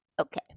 okay